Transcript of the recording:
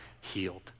healed